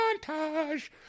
montage